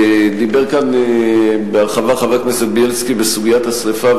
דיבר כאן בהרחבה חבר הכנסת בילסקי בסוגיית השרפה,